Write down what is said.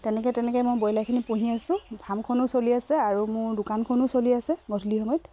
তেনেকে তেনেকে মই ব্ৰইলাৰখিনি পুহি আছোঁ ফাৰ্মখনো চলি আছে আৰু মোৰ দোকানখনো চলি আছে গধূলি সময়ত